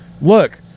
look